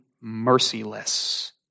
merciless